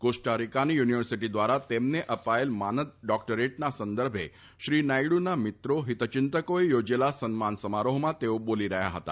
કોસ્ટારિકાંની university દ્વારા તેમને અપાયેલ માનદ ડોક્ટરેટના સંદર્ભે શ્રી નાયડુના મિત્રો હિત ચિંતકોએ યોજેલા સન્માન સમારોફમાં તેઓ બોલી રહ્યા ફતા